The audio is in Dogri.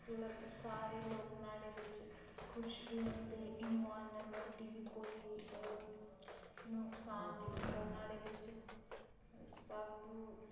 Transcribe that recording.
मतलब सारे लोक नुहाड़े बिच्च खुश बी होंदे इनवायरनमैंट गी बी कोई नुकसान नी होंदा नुहाड़े बिच्च सब